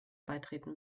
beitreten